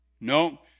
No